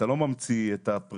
אתה לא ממציא את ---.